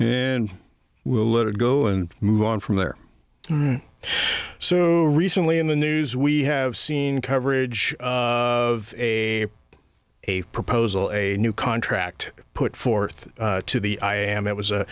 and we'll let it go and move on from there so recently in the news we have seen coverage of a a proposal a new contract put forth to the i am it was a